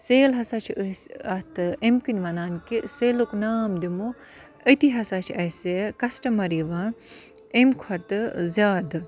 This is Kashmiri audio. سیل ہَسا چھِ أسۍ اَتھ ایٚمۍ کِنۍ وَنان کہِ سیلُک نام دِمو أتی ہَسا چھِ اَسہِ کَسٹَمَر یِوان امۍ کھۄتہٕ زیادٕ